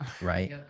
right